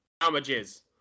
damages